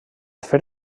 fer